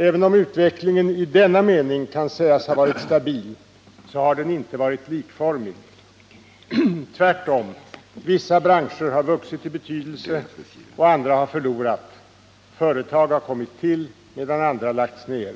Även om utvecklingen i denna mening kan sägas vara stabil, så har den inte varit likformig— tvärtom. Vissa branscher har vuxit i betydelse och andra har förlorat, företag har kommit till medan andra lagts ned.